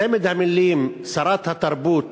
המילים: שרת התרבות